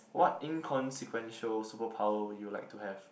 what inconsequential superpower would you like to have